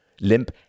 Limp